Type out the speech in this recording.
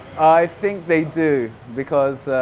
i think they do because.